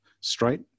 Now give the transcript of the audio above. straight